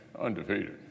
undefeated